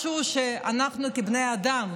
משהו שאנחנו בני האדם,